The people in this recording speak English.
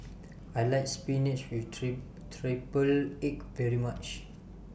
I like Spinach with Triple Egg very much